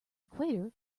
equator